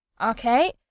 Okay